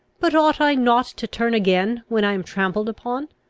but ought i not to turn again, when i am trampled upon?